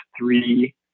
three